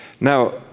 Now